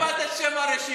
לפחות תלמד את שם הרשימה.